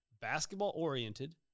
basketball-oriented